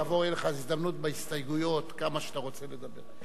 תהיה לך הזדמנות בהסתייגויות, כמה שאתה רוצה תדבר.